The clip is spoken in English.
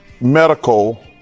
medical